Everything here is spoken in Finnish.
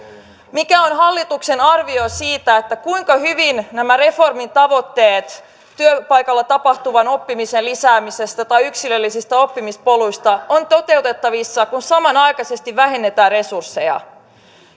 mikä on hallituksen arvio siitä kuinka hyvin nämä reformin tavoitteet työpaikalla tapahtuvan oppimisen lisäämisestä tai yksilöllisistä oppimispoluista ovat toteutettavissa kun samanaikaisesti vähennetään resursseja